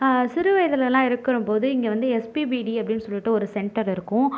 சிறு வயதுலெல்லாம் இருக்கும்போது இங்கே வந்து எஸ்பிபிடி அப்படின்னு சொல்லிட்டு ஒரு சென்டர் இருக்கும்